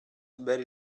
very